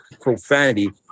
profanity